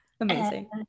Amazing